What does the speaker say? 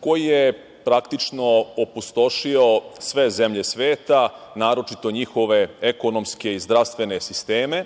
koji je praktično opustošio sve zemlje sveta, naročito njihove ekonomske i zdravstvene sisteme,